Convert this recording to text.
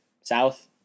south